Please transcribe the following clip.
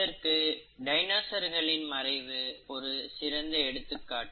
இதற்கு டைனோசர்களின் மறைவு ஒரு சிறந்த எடுத்துக்காட்டு